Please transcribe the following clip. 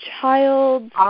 child